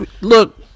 look